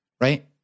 right